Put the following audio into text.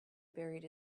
buried